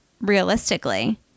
realistically